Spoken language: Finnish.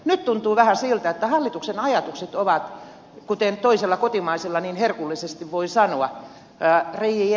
nyt tuntuu vähän siltä että hallituksen ajatukset ovat kuten toisella kotimaisella niin herkullisesti voi sanoa